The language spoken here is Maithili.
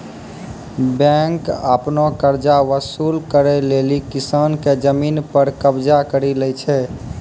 बेंक आपनो कर्जा वसुल करै लेली किसान के जमिन पर कबजा करि लै छै